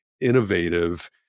innovative